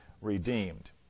redeemed